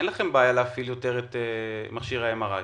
אין לכם בעיה להפעיל יותר את מכשיר ה-MRI?